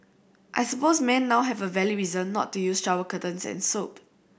I suppose men now have a valid reason not to use shower curtains and soap